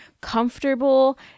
comfortable